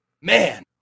man